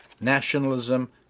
Nationalism